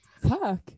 Fuck